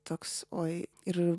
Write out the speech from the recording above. toks oi ir